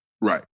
Right